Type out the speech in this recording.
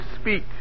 speak